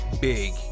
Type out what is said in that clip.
big